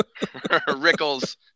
Rickles